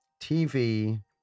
TV